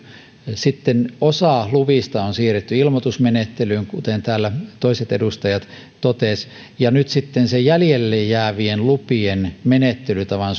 sitten osa luvista on siirretty ilmoitusmenettelyyn kuten täällä toiset edustajat totesivat nyt sitten jäljelle jäävien lupien menettelytavan